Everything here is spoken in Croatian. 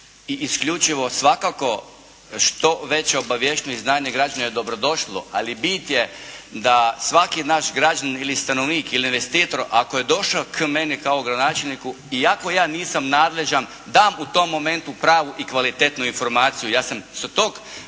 i isključivo svakako što veća obaviještenost i znanje građana je dobro došlo. Ali bit je da svaki naš građanin ili stanovnik ili investitor ako je došao k meni kao gradonačelniku iako ja nisam nadležan dam u tom momentu pravu i kvalitetnu informaciju. Ja sam s tog